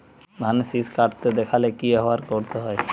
ধানের শিষ কাটতে দেখালে কি ব্যবহার করতে হয়?